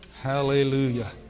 Hallelujah